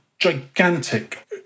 gigantic